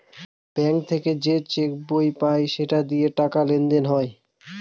bank থেকে যে cheque বই পায় সেটা দিয়ে টাকা লেনদেন হয়